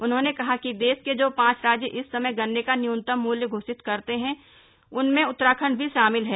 उन्होंने कहा कि देश के जो पांच राज्य इस समय गन्ने का न्यूनतम मूल्य घोषित करते हैं उनमें उत्तराखण्ड भी शामिल है